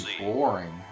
boring